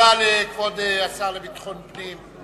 תודה לכבוד השר לביטחון פנים.